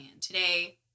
Today